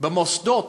במוסדות